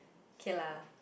okay lah